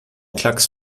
klacks